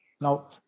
now